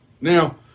Now